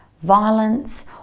violence